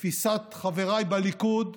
תפיסת חבריי בליכוד,